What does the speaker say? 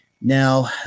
Now